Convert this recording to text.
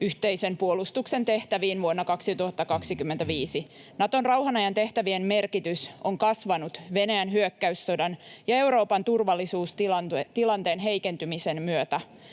yhteisen puolustuksen tehtäviin vuonna 2025. Naton rauhanajan tehtävien merkitys on kasvanut Venäjän hyökkäyssodan ja Euroopan turvallisuustilanteen heikentymisen myötä.